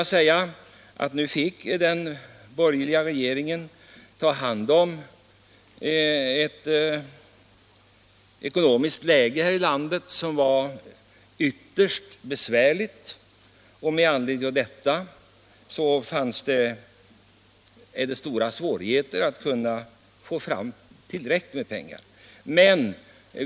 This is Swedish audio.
Nu fick den borgerliga regeringen ta hand om ett ytterst besvärligt ekonomiskt läge här i landet, och därför är det mycket svårt att få fram tillräckligt med pengar.